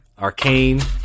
Arcane